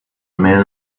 man